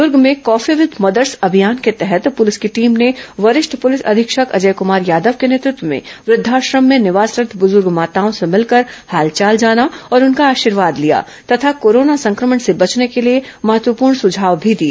दूर्ग में coffee with mothers अभियान के तहत पुलिस की टीम ने वरिष्ठ पुलिस अधीक्षक अजय कमार यादव के नेतत्व में वद्धाश्रम में निवासरत् बुजूर्ग माताओं र्स मिलकर हालचाल जाना और उनका आशीर्वाद लिया तथा कोरोना संक्रमण र्स बचने के लिए महत्वपूर्ण सुझाव भी दिए